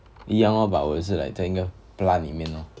一样 lor but 我是在一个 plant 里面 lor